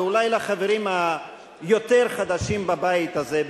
ואולי לחברים היותר חדשים בבית הזה,